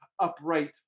upright